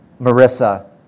Marissa